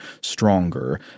stronger